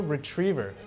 Retriever